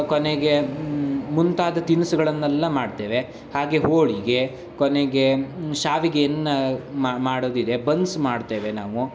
ಕೊನೆಗೆ ಮುಂತಾದ ತಿನ್ಸುಗಳನ್ನೆಲ್ಲ ಮಾಡ್ತೇವೆ ಹಾಗೇ ಹೋಳಿಗೆ ಕೊನೆಗೆ ಶಾವಿಗೆಯನ್ನು ಮ ಮಾಡೋದಿದೆ ಬನ್ಸ್ ಮಾಡ್ತೇವೆ ನಾವು